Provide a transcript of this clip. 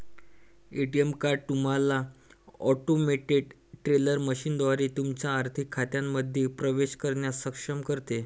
ATM card तुम्हाला automated teller मशीनद्वारे तुमच्या आर्थिक खात्यांमध्ये प्रवेश करण्यास सक्षम करते